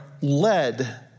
led